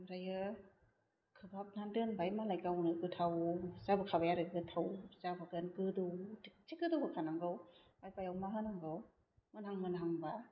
आमफ्रायो खोबहाबनानै दोनबाय मालाय गावनो गोथाव जाबो खाबाय आरो गोथाव जाबोगोन गोदौ थिकसे गोदौ होखानांगौ बेयाव मा होनांगौ मोनहां मोनहां बा